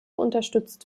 unterstützt